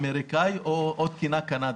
תקינה אמריקאית או תקינה קנדית.